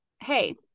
hey